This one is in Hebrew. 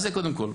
זה קודם כל.